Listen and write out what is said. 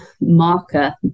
marker